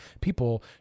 people